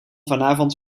vanavond